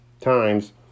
times